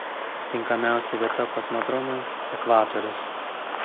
tinkamiausia vieta kosmodromui ekvatorius